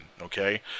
Okay